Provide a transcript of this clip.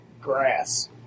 grass